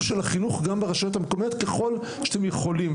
של החינוך גם ברשויות המקומיות ככל שאתם יכולים.